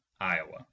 Iowa